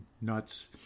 nuts